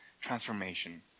transformation